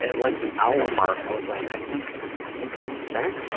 and like the hour mark, i was like, i think i think i'm spent